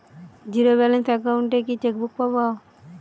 Zero balance account এ কি chequebook পাব?